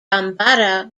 bambara